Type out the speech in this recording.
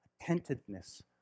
attentiveness